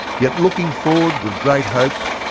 yet looking forward with great hope,